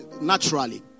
naturally